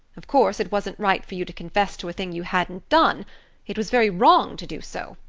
of course, it wasn't right for you to confess to a thing you hadn't done it was very wrong to do so.